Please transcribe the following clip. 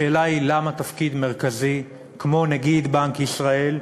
השאלה היא למה תפקיד מרכזי כמו נגיד בנק ישראל,